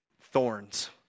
thorns